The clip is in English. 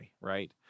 right